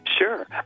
Sure